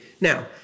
Now